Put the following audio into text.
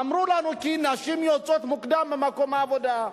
אמרו לנו: כי נשים יוצאות מוקדם ממקום העבודה.